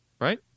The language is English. right